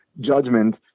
Judgment